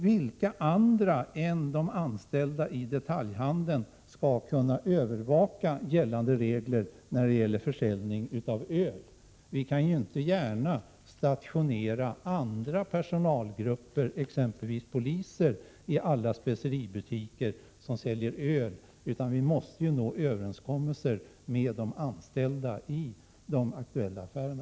Vilka andra än de anställda inom detaljhandeln skulle kunna övervaka att gällande regler om försäljning av öl följs? Vi kan ju inte gärna stationera andra personalgrupper, Prot. 1987/88:85 exempelvis poliser, i alla speceributiker där man säljer öl, utan vi måste nå 16 mars 1988 överenskommelser med de anställda i de aktuella affärerna.